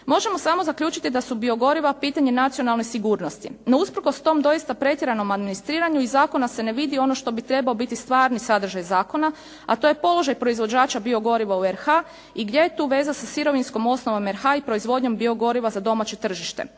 Možemo samo zaključiti da su biogoriva pitanje nacionalne sigurnosti, no usprkos tom doista pretjeranom administriranju iz zakona se ne vidi ono što bi trebao biti stvarni sadržaj zakona, a to je položaj proizvođača biogoriva u RH i gdje je tu veza sa sirovinskom osnovom RH i proizvodnjom biogoriva za domaće tržište.